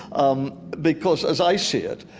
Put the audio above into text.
um because as i see it,